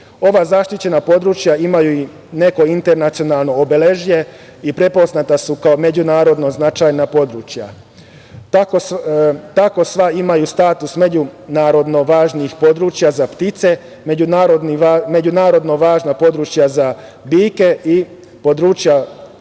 zaštićena područja imaju i neko internacionalno obeležje i prepoznata su kao međunarodno značajna područja. Tako sva imaju status međunarodno važnih područja za ptice, međunarodno važna područja za biljke i područja